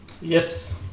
Yes